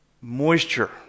moisture